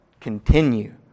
continue